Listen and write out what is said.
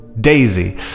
Daisy